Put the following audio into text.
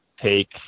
take